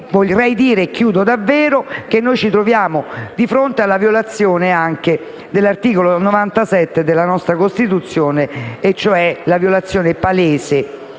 avete approvato. Ci troviamo di fronte alla violazione anche dell'articolo 97 della nostra Costituzione, ossia alla violazione palese